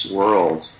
world